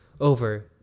over